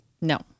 No